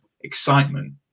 excitement